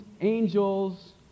angels